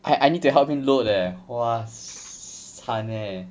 I I need to help him load leh !wah! 惨 eh